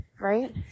right